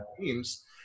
Teams